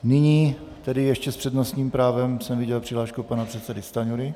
Nyní tedy ještě s přednostním právem jsem viděl přihlášku pana předsedy Stanjury.